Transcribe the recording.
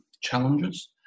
challenges